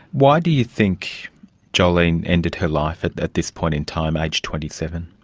why do you think jolene ended her life at at this point in time, aged twenty seven?